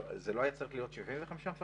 זה לא היה צריך להיות 75 מפקחים?